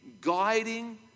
guiding